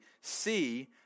see